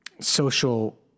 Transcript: social